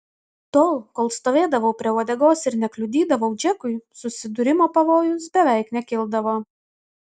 tol kol stovėdavau prie uodegos ir nekliudydavau džekui susidūrimo pavojus beveik nekildavo